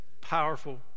powerful